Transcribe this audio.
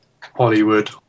Hollywood